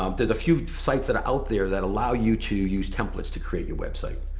um there's a few sites that are out there that allow you to use templates to create your website.